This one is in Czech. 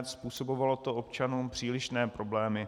Způsobovalo to občanům přílišné problémy.